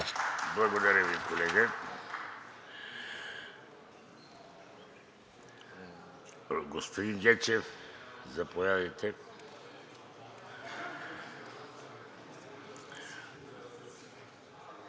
Благодаря Ви, колега. Господин Гечев, заповядайте.